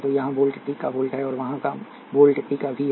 तो यहाँ वोल्टता t का वोल्ट है और वहाँ का वोल्ट t का V है